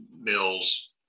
mills